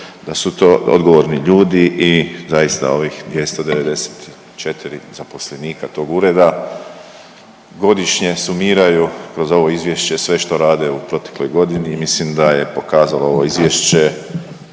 da su to odgovorni ljudi i zaista ovih 294 zaposlenika tog Ureda, godišnje sumiraju kroz ovo Izvješće sve što rade u protekloj godini i mislim da je pokazalo ovo Izvješće